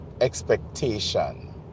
expectation